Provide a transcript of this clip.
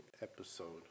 Episode